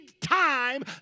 time